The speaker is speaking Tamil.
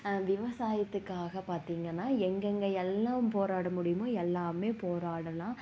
விவசாயத்துக்காக பார்த்தீங்கன்னா எங்கேங்க எல்லாம் போராட முடியும் எல்லாம் போராடலாம்